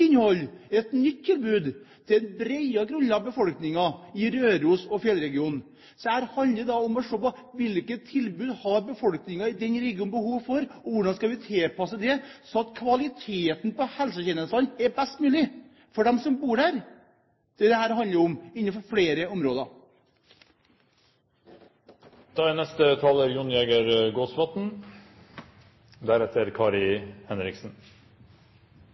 innhold, et nytt tilbud til et bredere lag av befolkningen i Røros og i fjellregionen. Så her handler det om å se på hvilke tilbud som befolkningen i den regionen har behov for, og hvordan skal vi tilpasse det, slik at kvaliteten på helsetjenestene er best mulig for dem som bor der. Det er det dette handler om, på flere